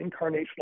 incarnational